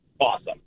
awesome